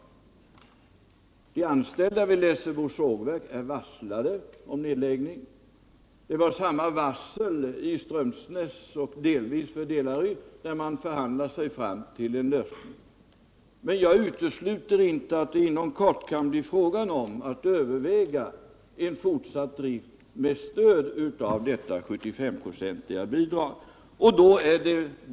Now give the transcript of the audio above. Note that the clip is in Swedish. De anställda vid Lessebo Sågverk är varslade om nedläggning. På samma sätt hade man varslat i Strömsnäs och delvis i Delary, men där förhandlade man sig fram till en lösning. Men jag utesluter inte att det inte inom kort kan bli fråga om att överväga en fortsatt drift med stöd av detta 75-procentiga bidrag.